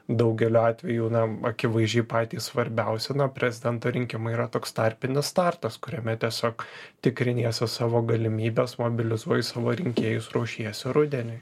daugeliu atveju na akivaizdžiai patys svarbiausi na o prezidento rinkimai yra toks tarpinis startas kuriame tiesiog tikriniesi savo galimybes mobilizuoji savo rinkėjus ruošiesi rudeniui